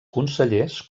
consellers